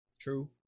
True